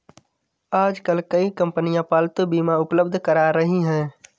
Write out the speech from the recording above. आजकल कई कंपनियां पालतू बीमा उपलब्ध करा रही है